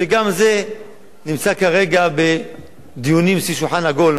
שגם זה נמצא כרגע בדיונים סביב שולחן עגול,